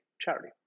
charity